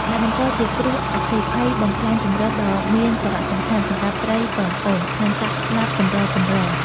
ដែលបង្កជាគ្រោះអគ្គិភ័យបំផ្លាញជម្រកដ៏មានសារៈសំខាន់សម្រាប់ត្រីពងកូន និងសត្វស្លាបកម្រៗ។